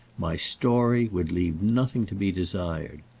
my story would leave nothing to be desired.